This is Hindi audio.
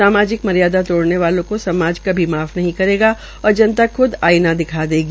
सामाजिक मर्यादा तोड़ने वालों को समाज भी माफ नहीं करेगा और जनता ख्द आइना दिखा देगी